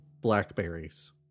blackberries